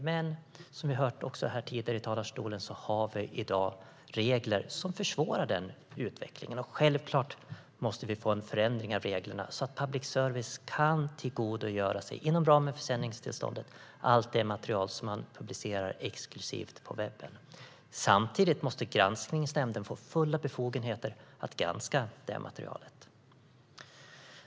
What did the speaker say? Men som vi också har hört tidigare från talarstolen har vi i dag regler som försvårar den utvecklingen, och självklart måste vi få en förändring av reglerna så att public service kan tillgodogöra sig, inom ramen för sändningstillståndet, allt det material som man publicerar exklusivt på webben. Samtidigt måste Granskningsnämnden få fulla befogenheter att granska det materialet.